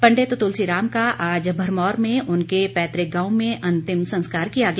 पंडित तुलसी राम का आज भरमौर में उनके पैतुक गांव में अंतिम संस्कार किया गया